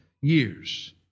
years